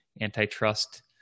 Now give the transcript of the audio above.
antitrust